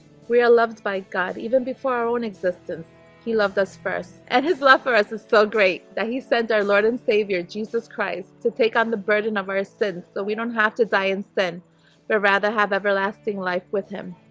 we are loved by god even before our own existence he loved us first and his love for us is so great that he sent our lord and savior jesus christ to take on the burden of our sins, so we don't have, to, die in sin but rather have everlasting life with him,